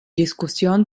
diskussion